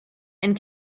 and